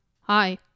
hi